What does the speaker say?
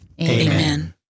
Amen